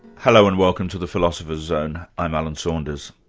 hello and welcome to the philosopher's zone i'm alan saunders.